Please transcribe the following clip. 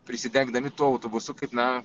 prisidegdami tuo autobusu kaip na